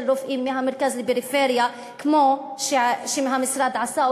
רופאים מהמרכז לפריפריה כמו שהמשרד עשה,